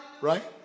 right